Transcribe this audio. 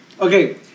okay